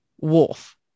wolf